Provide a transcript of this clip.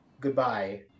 Goodbye